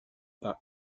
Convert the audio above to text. par